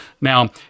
Now